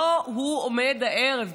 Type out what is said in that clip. לא הוא עומד הערב.